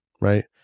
right